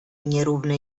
nierówny